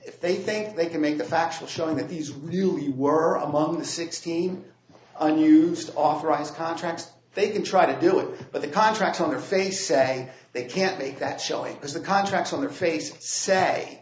if they think they can make a factual showing that these real you were among the sixteen unused authorized contracts they didn't try to do it but the contract on their face say they can't make that choice because the contracts on their face say